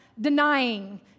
denying